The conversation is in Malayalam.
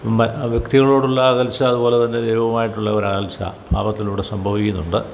മ വ്യക്തികളോടുള്ള അകൽച്ച അതുപോലെ തന്നെ ദൈവവുമായിട്ടുള്ള ഒരു അകൽച്ച പാപത്തിലൂടെ സംഭവിക്കുന്നുണ്ട്